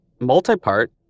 multi-part